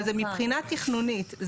אבל זה מבחינה תכנונית.